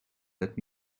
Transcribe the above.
let